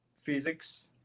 physics